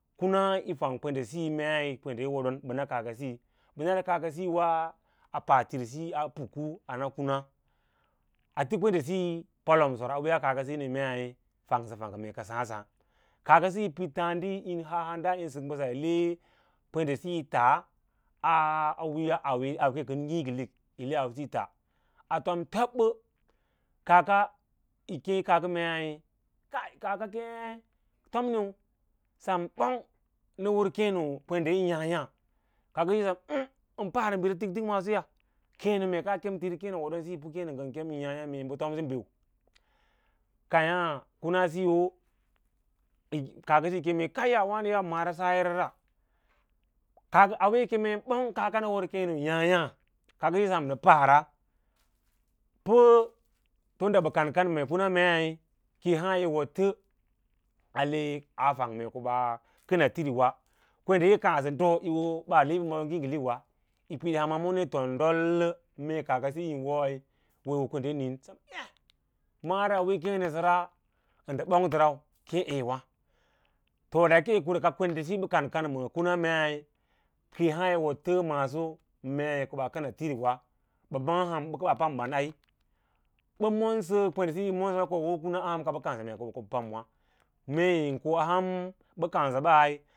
Kuma ɓə tang kwende siyi mee yi woɗon ɓə kaakasiyi bə nasə kaaka siyiwa a pa tirisiyi a puku ana kuna, a ti kwendesiyi polomsor a wiiyas kaakasiya ni mee ka sǎǎ sǎǎ kaa kasiyi ni mee ka sǎǎ sǎǎ kaa kasiyi yi pid tasdi yín haa homda yi sək mbəs an le kwendesiyi ta a wiiya auwení ngiiki hk kaven desiyi ta a fom fobbə yi keẽ kaaka, kai kaaka keẽ tomniu sam ɓong nə keẽ no kwende yiu yaãya kaakakaya sam ə̌ə̌ ən parabi tik tik maasoya keẽno kaa kem tiri keẽ nosiyi pə kem keẽno yin yaãyā mau bə tomsə biu keẽyâ kuna siyá yi wo kaa ka síyi yí kem kaiya wâno nə yawa mara sayorara auwe yi kem ɓong nə wər keẽno yín yǎǎyâ kaaks siyi sam nɗə para pəi tun da bə kan kan ma kuna maí kiyi haã yi woɗ tə ale mee kaa fang ɓaa kəna firi wa, kwendeyi kaasə ɗo yi ho ɓaa he ɓə ma auwe ngêkelek na yi pid yi hama mo ne tondəllə mee kaarkasiyi yín woi wo yi tro kwende yi niĩn mara auwe yí keẽ nəsəra ndə ɓong tərau kěě ěěwa’ to da yake kwende siyi ka bə kan kan ma kuna kei kiyi has yi woɗ tə maaso mei ko ɓaa kəna tirira bə maꞌa’ ham pə kə ɓaa pam ba aí ɓən monsə kwendesiyi yi mon koyi ho kuna ham ka ɓə kansə mee ko bə pəbə mei yin koe ham bə kansəwabsi.